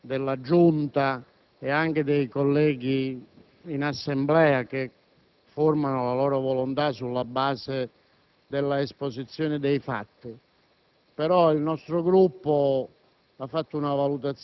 coscienze dei colleghi membri della Giunta e anche dei colleghi di Assemblea, che formano la loro volontà sulla base dell'esposizione dei fatti.